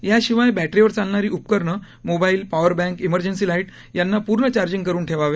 याशिवाय ब्रारीवर चालणारी उपकरणं mobile power bank emergency light यांना पूर्ण चार्जिंग करून ठेवावे